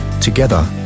Together